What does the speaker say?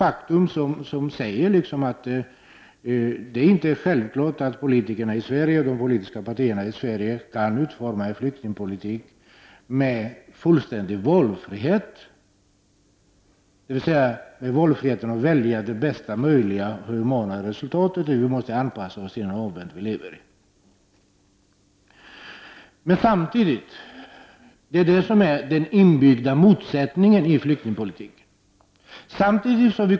Det är inte självklart att politikerna och de politiska partierna i Sverige kan utforma en flyktingpolitik med fullständig valfrihet, dvs.valfriheten att välja det bästa möjliga humana resultatet, utan vi måste anpassa oss till den omvärld vi lever i. : Det finns en inbyggd motsättning i flyktingpolitiken.